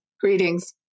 greetings